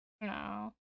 No